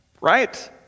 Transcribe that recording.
right